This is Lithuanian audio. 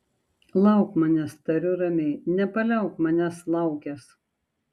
lauk manęs tariu ramiai nepaliauk manęs laukęs